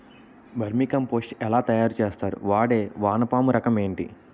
Vermi compost ఎలా తయారు చేస్తారు? వాడే వానపము రకం ఏంటి?